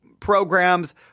programs